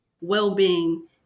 well-being